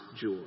joy